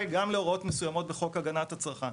גם להוראות מסוימות בחוק הגנת הצרכן.